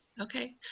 Okay